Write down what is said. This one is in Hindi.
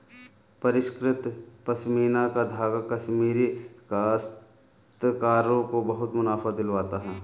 परिष्कृत पशमीना का धागा कश्मीरी काश्तकारों को बहुत मुनाफा दिलवाता है